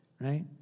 right